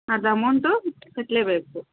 ಅದು ಅಮೌಂಟು ಕಟ್ಟಲೇಬೇಕು